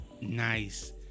Nice